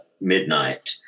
midnight